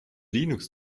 linux